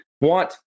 want